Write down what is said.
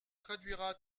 traduira